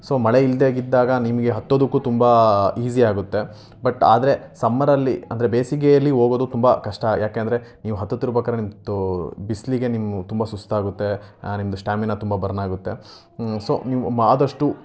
so ಮಳೆ ಇಲ್ದೇ ಇದ್ದಾಗ ನಿಮಗೆ ಹತ್ತೋದಕ್ಕೂ ತುಂಬ ಈಸಿ ಆಗುತ್ತೆ ಬಟ್ ಆದರೆ ಸಮ್ಮರಲ್ಲಿ ಅಂದರೆ ಬೇಸಿಗೆಯಲ್ಲಿ ಹೋಗೋದು ತುಂಬ ಕಷ್ಟ ಯಾಕೆ ಅಂದರೆ ನೀವು ಹತ್ತುತ್ತಿರ್ಬೇಕಾದ್ರೆ ನಿಮ್ಮ ತೋ ಬಿಸಿಲಿಗೆ ನಿಮ್ಮ ತುಂಬ ಸುಸ್ತಾಗುತ್ತೆ ನಿಮ್ದು ಸ್ಟ್ಯಾಮಿನ ತುಂಬ ಬರ್ನ್ ಆಗುತ್ತೆ ಸೊ ನೀವು ಆದಷ್ಟು